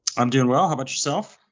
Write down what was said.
i'm doing well. how about yourself?